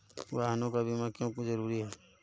वाहनों का बीमा क्यो जरूरी है?